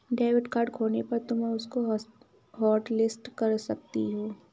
debit card खोने पर तुम उसको हॉटलिस्ट कर सकती हो